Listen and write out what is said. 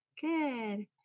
Good